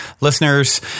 listeners